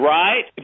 right